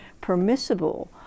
permissible